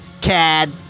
Cad